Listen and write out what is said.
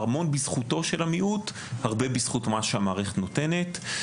הרבה בזכותו של המיעוט והרבה בזכות מה שהמערכת נותנת.